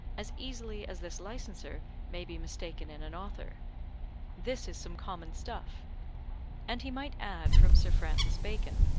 as easily as this licenser may be mistaken in an author this is some common stuff and he might add from sir francis bacon,